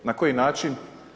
Na koji način?